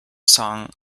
song